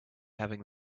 having